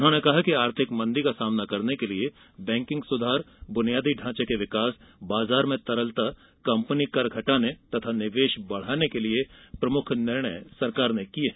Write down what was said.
उन्होंने कहा कि आर्थिक मंदी का सामना करने के लिए बैंकिंग सुधार बुनियादी ढांचे के विकास बाजार में तरलता कंपनी कर घटाने तथा निवेश बढ़ाने के लिए प्रमुख निर्णय सरकार ने किये हैं